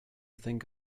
think